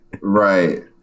Right